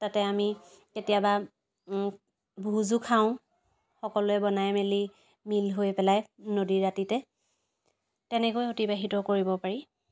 তাতে আমি কেতিয়াবা ভোজো খাওঁ সকলোৱে বনাই মেলি মিল হৈ পেলাই নদীৰ দাঁতিতে তেনেকৈ অতিবাহিত কৰিব পাৰি